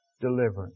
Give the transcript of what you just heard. deliverance